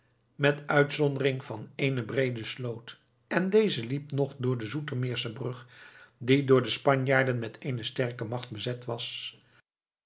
met uitzondering van ééne breede sloot en deze liep nog door de zoetermeersche brug die door de spanjaarden met eene sterke macht bezet was